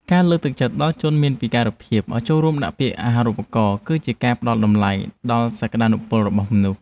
ការលើកទឹកចិត្តដល់ជនមានពិការភាពឱ្យចូលរួមដាក់ពាក្យអាហារូបករណ៍គឺជាការផ្តល់តម្លៃដល់សក្តានុពលរបស់មនុស្ស។